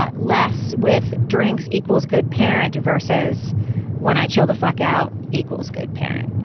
ah less with drinks equals good parent versus when i chill the fuck out equals good parent.